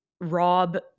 rob